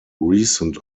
recent